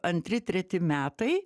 antri treti metai